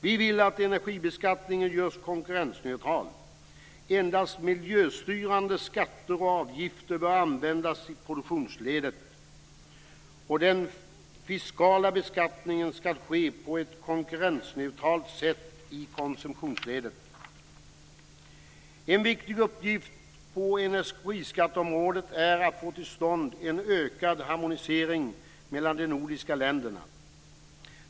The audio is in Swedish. Vi vill att energibeskattningen görs konkurrensneutral. Endast miljöstyrande skatter och avgifter bör användas i produktionsledet, och den fiskala beskattningen skall ske på ett konkurrensneutralt sätt i konsumtionsledet. En viktig uppgift på energiskatteområdet är att få till stånd en ökad harmonisering mellan de nordiska länderna.